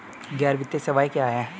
गैर वित्तीय सेवाएं क्या हैं?